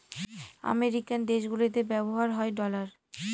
American দেশগুলিতে ব্যবহার হয় ডলার